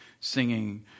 singing